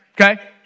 okay